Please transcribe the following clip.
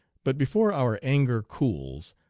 but before our anger cools,